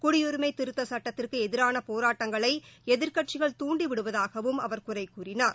குடியரிமைதிருத்தச் சுட்டத்திற்குஎதிரானபோராட்டங்களைஎதிர்க்கட்சிகள் துண்டிவிடுவதாகவும ்அவர் குறைகூறினார்